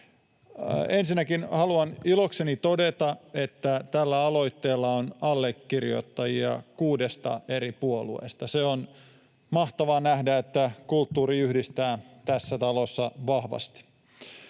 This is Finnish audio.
Ensinnäkin haluan ilokseni todeta, että tällä aloitteella on allekirjoittajia kuudesta eri puolueesta. Se on mahtavaa nähdä, että kulttuuri yhdistää tässä talossa vahvasti.